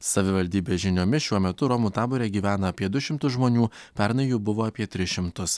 savivaldybės žiniomis šiuo metu romų tabore gyvena apie du šimtus žmonių pernai jų buvo apie tris šimtus